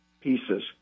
pieces